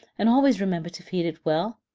and always remember to feed it well.